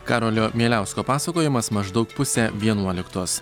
karolio mieliausko pasakojimas maždaug pusę vienuoliktos